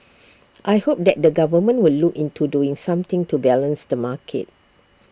I hope that the government will look into doing something to balance the market